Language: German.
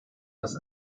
das